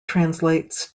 translates